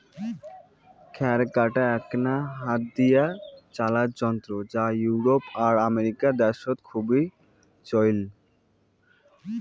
খ্যার কাটা এ্যাকনা হাত দিয়া চালার যন্ত্র যা ইউরোপ আর আমেরিকা দ্যাশত খুব চইল